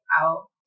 out